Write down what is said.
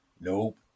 Nope